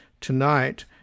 tonight